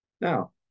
Now